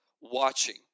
watching